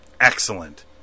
excellent